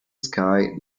sky